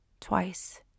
twice